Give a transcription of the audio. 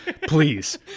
Please